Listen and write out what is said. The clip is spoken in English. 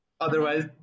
Otherwise